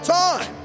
time